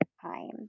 time